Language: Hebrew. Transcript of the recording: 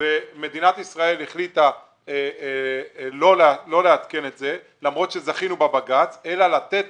ומדינת ישראל החליטה לא לעדכן את זה למרות שזכינו בבג"ץ אלא לתת